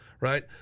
right